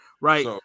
Right